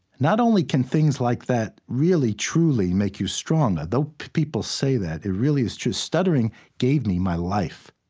not only can things like that really, truly make you strong although people say that, it really is true stuttering gave me my life